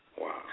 Wow